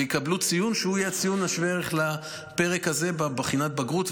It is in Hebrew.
ויקבלו ציון שהוא יהיה ציון שווה ערך לפרק הזה בבחינת הבגרות,